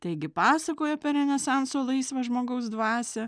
taigi pasakoja apie renesanso laisvą žmogaus dvasią